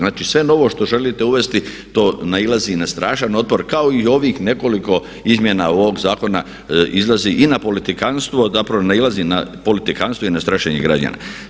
Znači sve novo što želite uvesti to nailazi na strašan otpor kao i ovih nekoliko izmjena ovog zakona izlazi i na politikanstvo, zapravo izlazi na politikanstvo i na strašenje građana.